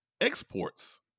exports